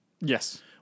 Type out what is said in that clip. yes